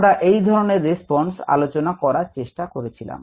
আমরা এই ধরনের রেসপন্স আলোচনা করার চেষ্টা করেছিলাম